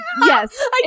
Yes